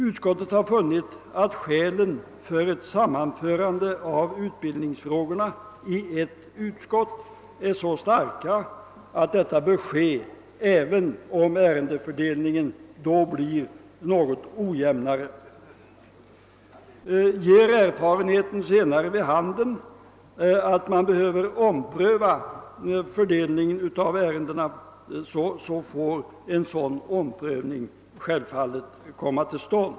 Utskottet har funnit att skälen för ett sammanförande av utbildningsfrågorna till ett utskott är så starka att man bör välja den ordningen, även om ärendefördelningen då blir något ojämnare. Ger erfarenheten senare vid handen att man behöver ompröva fördelningen av ärendena får detta naturligtvis ske.